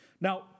Now